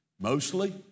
Mostly